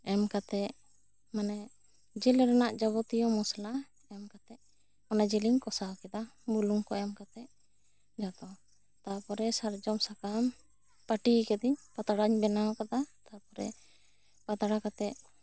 ᱮᱢ ᱠᱟᱛᱮᱜ ᱢᱟᱱᱮ ᱡᱤᱞ ᱨᱮᱱᱟᱜ ᱡᱟᱵᱚᱛᱤᱭᱟᱹ ᱢᱚᱥᱚᱞᱟ ᱮᱢ ᱠᱟᱛᱮᱜ ᱚᱱᱟ ᱡᱤᱞ ᱤᱧ ᱠᱚᱥᱟᱣ ᱠᱮᱫᱟ ᱵᱩᱞᱩᱝ ᱠᱚ ᱮᱢ ᱠᱟᱛᱮᱜ ᱟᱫᱚ ᱛᱟᱨᱯᱚᱨᱮ ᱥᱟᱨᱡᱚᱢ ᱥᱟᱠᱟᱢ ᱯᱟᱹᱴᱤ ᱟᱠᱟᱫᱤᱧ ᱯᱟᱛᱲᱟᱧ ᱵᱮᱱᱟᱣ ᱟᱠᱟᱫᱟ ᱛᱟᱨᱯᱚᱨᱮ ᱯᱟᱛᱲᱟ ᱠᱟᱛᱮᱜ